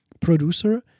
producer